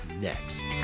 next